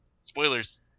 Spoilers